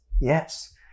Yes